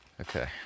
Okay